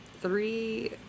three